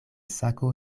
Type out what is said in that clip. sako